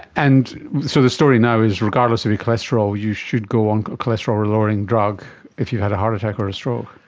and so the story now is regardless of your cholesterol you should go on a cholesterol lowering drug if you've had a heart attack or a stroke.